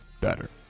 better